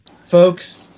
Folks